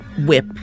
whip